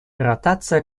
ротация